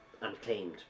unclaimed